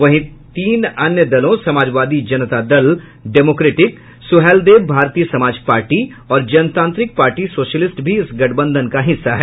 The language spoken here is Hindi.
वहीं तीन अन्य दलों समाजवादी जनता दल डेमोक्रेटिक सुहैलदेव भारतीय समाज पार्टी और जनतांत्रिक पार्टी सोशलिस्ट भी इस गठबंधन का हिस्सा है